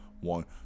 one